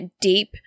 deep